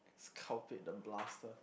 cow pit the blaster